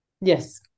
Yes